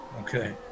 okay